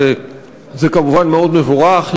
וזה כמובן מאוד מבורך,